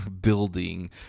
building